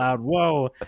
whoa